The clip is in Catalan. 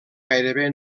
gairebé